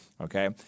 Okay